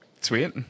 Sweet